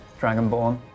dragonborn